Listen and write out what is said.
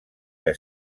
que